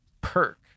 perk